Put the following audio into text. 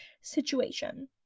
situation